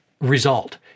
result